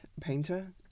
painter